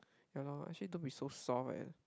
ya loh actually don't be so soft leh